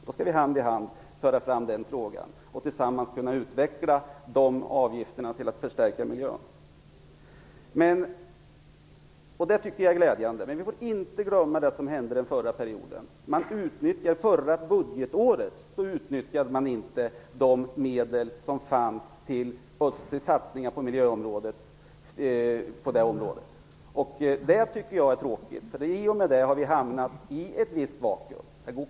Vi skall hand i hand föra fram frågan och tillsammans utveckla ett system med avgifter för att förstärka miljön. Det tycker jag är glädjande. Men vi får inte glömma det som hände under förra budgetåret. Man utnyttjade inte de medel som fanns till satsningar på miljön i området. Det tycker jag är tråkigt. I och med det har vi hamnat i ett visst vakuum.